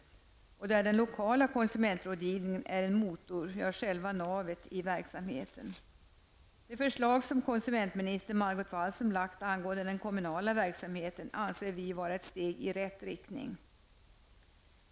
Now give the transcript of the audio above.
Den lokala konsumentrådgivningen är en motor, ja, själva navet i verksamheten. Wallström lagt fram angående den kommunala verksamheten anser vi vara ett steg i rätt riktning.